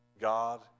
God